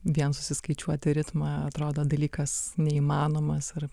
vien susiskaičiuoti ritmą atrodo dalykas neįmanomas ar